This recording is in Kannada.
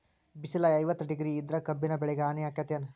ಬಿಸಿಲ ಐವತ್ತ ಡಿಗ್ರಿ ಇದ್ರ ಕಬ್ಬಿನ ಬೆಳಿಗೆ ಹಾನಿ ಆಕೆತ್ತಿ ಏನ್?